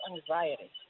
anxiety